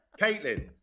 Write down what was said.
Caitlin